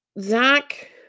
Zach